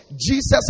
Jesus